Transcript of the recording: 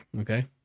Okay